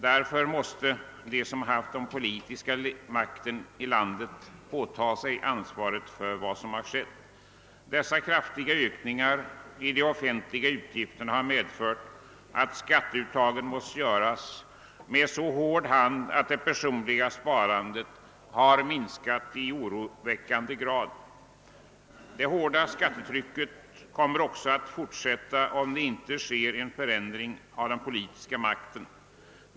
Därför måste de som haft den politiska makten i landet påta sig ansvaret för vad som har hänt. De kraftiga ökningarna av de offentliga utgifterna har medfört att skatteuttagen måste göras med så hård hand, att det personliga sparandet minskat i oroväckande grad. Det hårda skattetrycket kommer också att fortsätta, om det inte blir en ändring av den politiska makten.